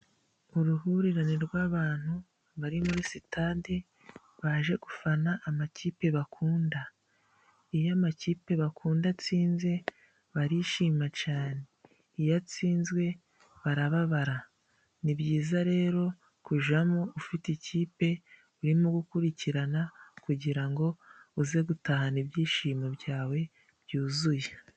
Uruhurirane rw'abantu bari muri sitade baje gufana amakipe bakunda, iyo amakipe bakunda atsinze barishima cane, iyo atsinzwe barababara. Ni byiza rero kujamo ufite ikipe urimo gukurikirana kugira ngo uze gutahana ibyishimo byawe byuzuye.